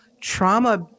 trauma